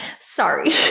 Sorry